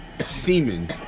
semen